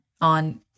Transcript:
on